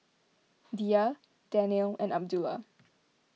Dhia Daniel and Abdullah